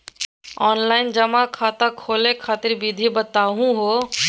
Online जमा खाता खोलहु खातिर विधि बताहु हो?